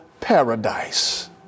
paradise